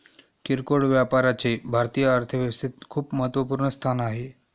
किरकोळ व्यापाराचे भारतीय अर्थव्यवस्थेत खूप महत्वपूर्ण स्थान आहे